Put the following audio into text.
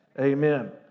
Amen